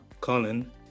Colin